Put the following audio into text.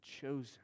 chosen